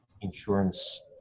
insurance